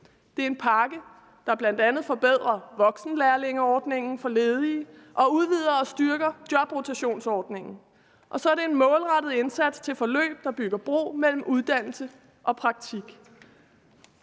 Det er en pakke, der bl.a. forbedrer voksenlærlingeordningen for ledige og udvider og styrker jobrotationsordningen, og så er det en målrettet indsats til forløb, der bygger bro mellem uddannelse og praktik.